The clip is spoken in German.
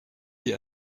die